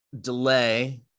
delay